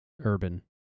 urban